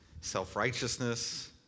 self-righteousness